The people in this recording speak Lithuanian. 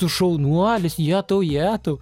tu šaunuolis jetau jetau